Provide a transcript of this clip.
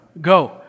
Go